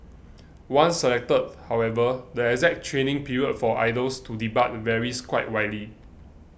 once selected however the exact training period for idols to debut varies quite widely